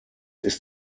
ist